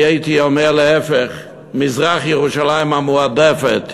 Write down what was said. אני הייתי אומר, להפך, מזרח-ירושלים המועדפת.